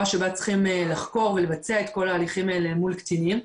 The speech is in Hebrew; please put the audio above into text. שבה צריכים לחוקר ולבצע את כל ההליכים האלה מול קטינים.